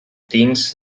things